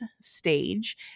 stage